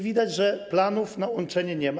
Widać, że planów na łączenie nie ma.